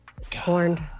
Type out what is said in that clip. Scorned